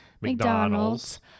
McDonald's